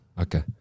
Okay